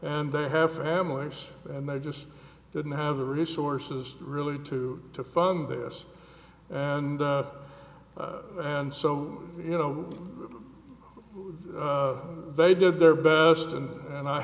and they have families and they just didn't have the resources really to to fund this and and so you know they did their best and and i